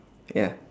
ya